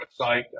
website